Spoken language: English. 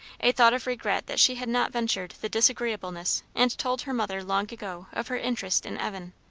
a thought of regret that she had not ventured the disagreeableness and told her mother long ago of her interest in evan.